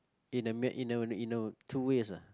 in a in a two ways ah